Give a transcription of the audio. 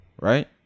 right